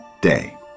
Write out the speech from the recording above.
day